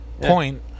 point